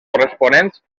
corresponents